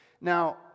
Now